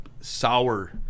sour